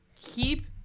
Keep